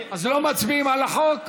אז לא מצביעים על החוק?